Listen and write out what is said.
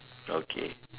okay